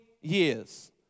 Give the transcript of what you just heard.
years